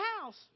house